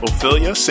Ophelia